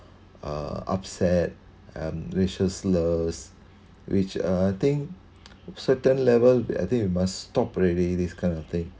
uh upset um racial slurs which are I think certain level I think you must stop already this kind of thing